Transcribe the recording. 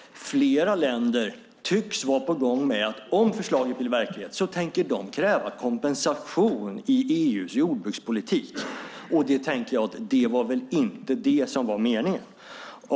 Flera länder tycks också vara på gång med att, om förslaget blir verklighet, kräva kompensation i EU:s jordbrukspolitik. Och jag tänker: Det var väl inte det som var meningen.